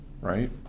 right